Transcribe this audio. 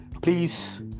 please